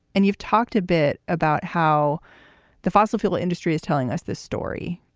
and you've talked a bit about how the fossil fuel industry is telling us this story,